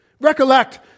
Recollect